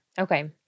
Okay